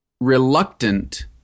reluctant